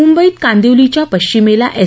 मुंबईत कांदिवलीच्या पश्चिमेला एस